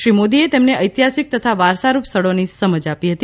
શ્રી મોદીએ તેમને ઐતિહાસિક તથા વારસારૂપ સ્થળોની સમજ આપી હતી